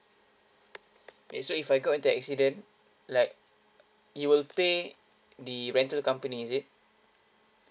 okay so if I got into a accident like you will pay the rental company is it